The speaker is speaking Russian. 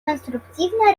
конструктивно